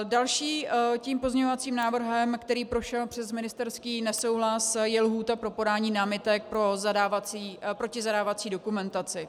Dalším pozměňovacím návrhem, který prošel přes ministerský nesouhlas, je lhůta pro podání námitek proti zadávací dokumentaci.